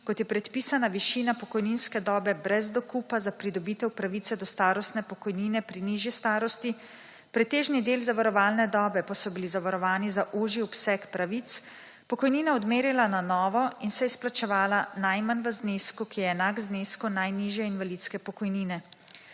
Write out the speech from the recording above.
kot je predpisana višina pokojninske dobe brez dokupa za pridobitev pravice do starostne pokojnine pri nižji starosti, pretežni del zavarovalne dobe pa so bili zavarovani za ožji obseg pravic, pokojnina odmerila na novo in se izplačevala najmanj v znesku, ki je enak znesku najnižje invalidske pokojnine.